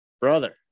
brother